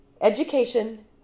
education